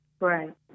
right